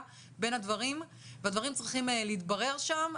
בין הדברים והדברים צריכים להתברר שם,